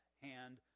hand